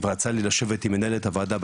יצא לי לשבת עם מנהלת הוועדה,